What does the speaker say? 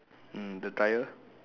mm the tyre